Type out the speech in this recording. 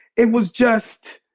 it was just